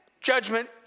judgment